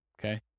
okay